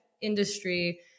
industry